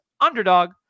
Underdog